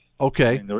okay